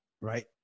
right